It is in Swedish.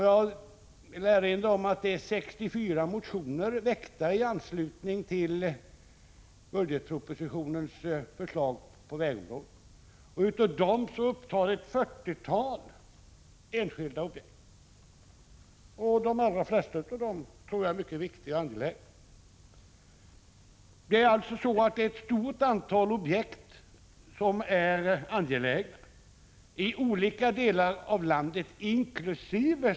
Jag vill erinra om att det har väckts 64 motioner i anslutning till budgetpropositionens förslag på vägområdet. Av dem upptar ett fyrtiotal enskilda objekt. De allra flesta av dem tror jag är mycket viktiga och angelägna. Det är alltså ett stort antal angelägna objekt i olika delar av landet, inkl.